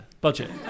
budget